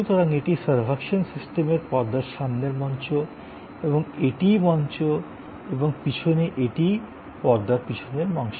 সুতরাং এটি সার্ভাকশন সিস্টেমের পর্দার সামনের মঞ্চ এবং এটিই মঞ্চ এবং পিছনে এটিই পর্দার পিছনের মঞ্চ